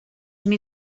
mil